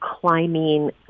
climbing